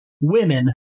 women